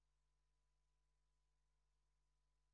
ממרכיבים